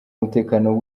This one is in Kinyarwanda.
umutekano